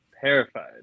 terrified